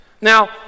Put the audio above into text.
Now